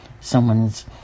someone's